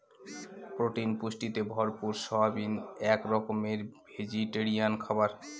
protein পুষ্টিতে ভরপুর soybean এক রকমের ভেজিটেরিয়ান খাবার